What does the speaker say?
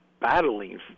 Battling